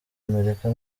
amerika